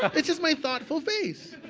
it's just my thoughtful face.